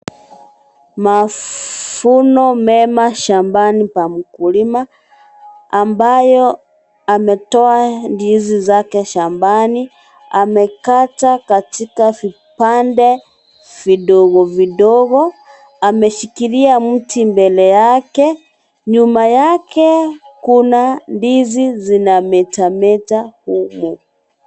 Mavuno mema shambani pa mkulima, ambayo ametoa ndizi zake shambani, amekata katika vipande vidogo vidogo, ameshikilia mti mbele yake. Nyuma yake kuna ndizi zinametameta humu.